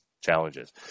challenges